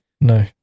No